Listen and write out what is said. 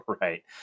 Right